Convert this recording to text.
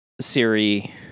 Siri